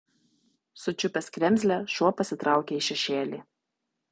sučiupęs kremzlę šuo pasitraukė į šešėlį